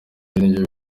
nibyo